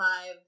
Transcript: five